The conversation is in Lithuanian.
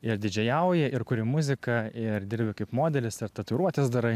ir didžėjauji ir kuri muziką ir dirbi kaip modelis dar tatuiruotes darai